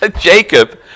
Jacob